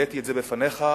העליתי בפניך,